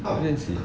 ah we'll see